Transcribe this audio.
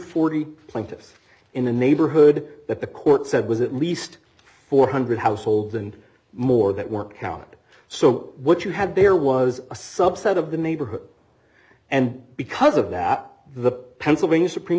forty plaintiffs in a neighborhood that the court said was at least four hundred households and more that weren't counted so what you had there was a subset of the neighborhood and because of that the pennsylvania supreme